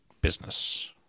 business